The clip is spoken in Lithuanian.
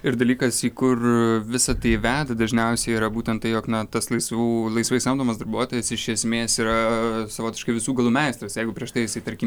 ir dalykas į kur visa tai veda dažniausiai yra būtent tai jog na tas laisvų laisvai samdomas darbuotojas iš esmės yra savotiškai visų galų meistras jeigu prieš tai jisai tarkim